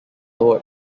floor